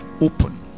open